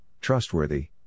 trustworthy